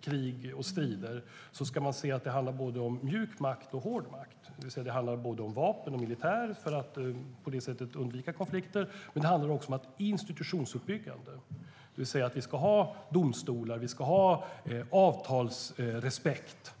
krig och strider ska man se att det handlar om både mjuk makt och hård makt. Det handlar om vapen och militär för att på det sättet undvika konflikter, men det handlar också om institutionsbyggande, det vill säga att vi ska ha domstolar och avtalsrespekt.